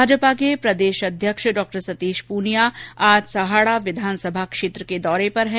भाजपा के प्रदेश अध्यक्ष डॉ सतीश पूनिया आज सहाड़ा विधानसभा क्षेत्र के दौरे पर हैं